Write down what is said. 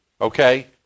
okay